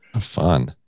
fun